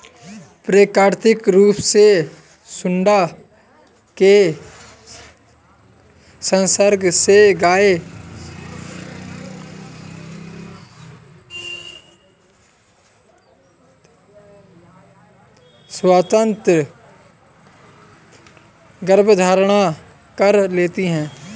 प्राकृतिक रूप से साँड के संसर्ग से गायें स्वतः गर्भधारण कर लेती हैं